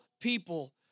people